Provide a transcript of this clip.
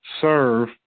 serve